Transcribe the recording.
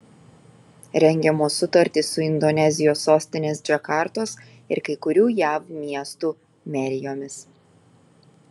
rengiamos sutartys su indonezijos sostinės džakartos ir kai kurių jav miestų merijomis